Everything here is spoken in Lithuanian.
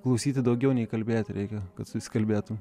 klausyti daugiau nei kalbėti reikia kad susikalbėtum